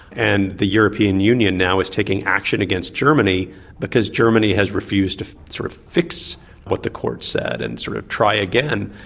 and the european union now is taking action against germany because germany has refused to sort of fix what the court said and sort of try again.